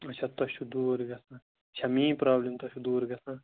اَچھا تۅہہِ چھُو دوٗر گَژھُن اچھا میٛٲنۍ پرٛابلِم کر چھِ دوٗر گژھان